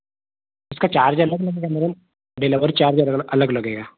इसका चार्ज अलग लगेगा मैडम डिलवर चार्ज अलग लगेगा